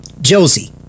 Josie